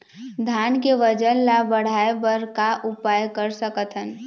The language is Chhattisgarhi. धान के वजन ला बढ़ाएं बर का उपाय कर सकथन?